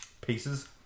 pieces